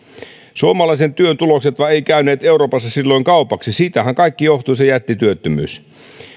suomalaisen työn tulokset vain eivät käyneet euroopassa silloin kaupaksi siitähän kaikki johtui myös se jättityöttömyys